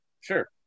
Sure